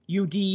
UD